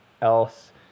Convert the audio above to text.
else